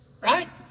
Right